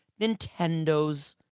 Nintendo's